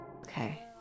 Okay